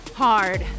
hard